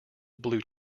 blue